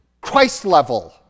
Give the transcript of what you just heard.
Christ-level